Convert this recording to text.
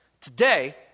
today